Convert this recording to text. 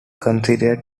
considered